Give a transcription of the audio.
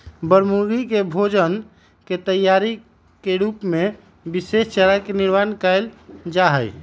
बनमुर्गी के भोजन के तैयारी के रूप में विशेष चारा के निर्माण कइल जाहई